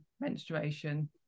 menstruation